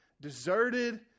deserted